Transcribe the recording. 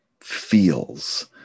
Feels